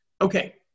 okay